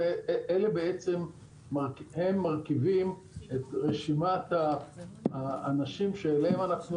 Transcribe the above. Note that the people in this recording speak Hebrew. הם מרכיבים את רשימת האנשים שאליהם אנחנו